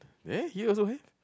there here also have